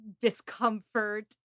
discomfort